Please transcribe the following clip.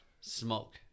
smoke